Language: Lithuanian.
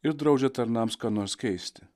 ir draudžia tarnams ką nors keisti